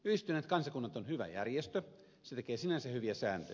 yhdistyneet kansakunnat on hyvä järjestö se tekee sinänsä hyviä sääntöjä